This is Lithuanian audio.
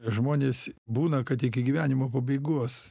žmonės būna kad iki gyvenimo pabaigos